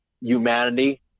humanity